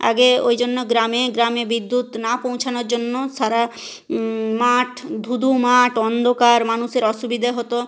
আগে ওই জন্য গ্রামে গ্রামে বিদ্যুৎ না পৌঁছানোর জন্য সারা মাঠ ধু ধু মাঠ অন্ধকার মানুষের অসুবিধে হতো